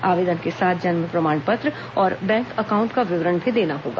आवेदन के साथ जन्म प्रमाण पत्र और बैंक अकाउंट का विवरण भी देना होगा